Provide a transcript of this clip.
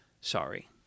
Sorry